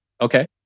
Okay